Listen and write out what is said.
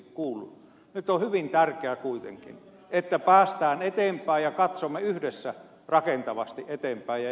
nyt on hyvin tärkeää kuitenkin että päästään eteenpäin ja katsomme yhdessä rakentavasti eteenpäin